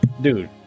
Dude